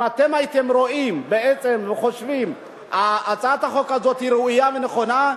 אם אתם הייתם חושבים שהצעת החוק הזאת היא ראויה ונכונה,